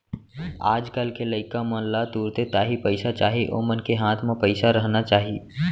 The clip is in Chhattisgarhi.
आज कल के लइका मन ला तुरते ताही पइसा चाही ओमन के हाथ म पइसा रहना चाही